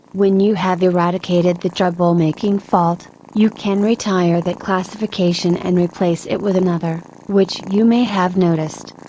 when you have eradicated the troublemaking fault, you can retire that classification and replace it with another, which you may have noticed.